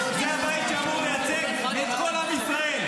זה הבית שאמור לייצג את כל עם ישראל,